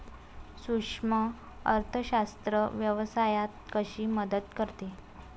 सूक्ष्म अर्थशास्त्र व्यवसायात कशी मदत करते?